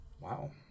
Wow